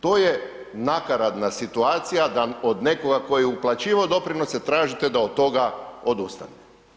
To je nakaradna situacija, da od nekoga tko je uplaćivao doprinose tražite da od toga odustane.